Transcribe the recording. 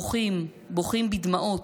בוכים, בוכים בדמעות,